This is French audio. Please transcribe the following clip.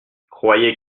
croyez